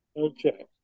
Okay